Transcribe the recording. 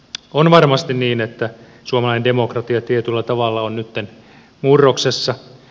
on varmasti niin että suomalainen demokratia tietyllä tavalla on nytten murroksessa